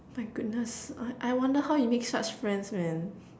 my goodness uh I I wonder how you make such friends man